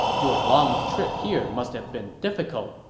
your long trip here must have been difficult,